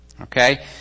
Okay